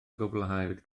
gwblhawyd